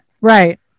right